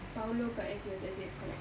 paolo kat S_U_S_S yes correct